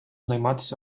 найматись